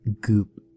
goop